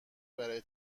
برای